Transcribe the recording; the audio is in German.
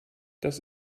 das